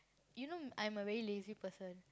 you know I'm a very lazy person